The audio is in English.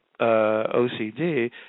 OCD